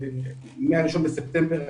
מה-1 בספטמבר הקרוב,